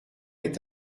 est